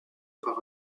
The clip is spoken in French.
par